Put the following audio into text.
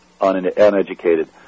uneducated